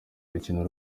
urukino